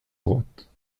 droite